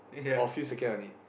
or a few second only